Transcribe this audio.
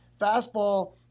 fastball